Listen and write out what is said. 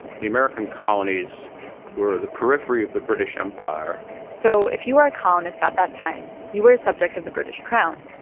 the american colonies were the periphery of the british empire so if you were a colonist at that time, you were a subject of the british crown.